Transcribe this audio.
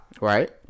right